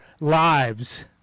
lives